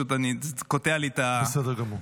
זה קוטע לי את --- בסדר גמור.